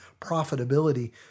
profitability